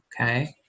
okay